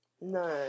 No